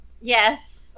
Yes